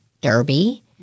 Derby